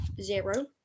zero